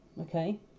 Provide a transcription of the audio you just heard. Okay